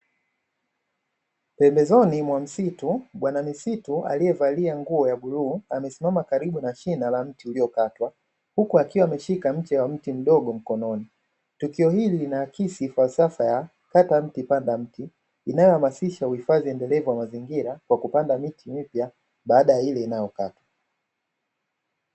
Pembezoni mwa msitu, bwana misitu aliyevalia nguo ya bluu, amesimama karibu na shina la mti uliokatwa, huku akiwa ameshika mche wa mti mdogo mkononi. Tukio hili linaakisi falsafa ya kata mti panda mti, inayohamasisha uhifadhi endelevu wa mazingira kwa kupanda mti mpya baada ya ule unaokatwa.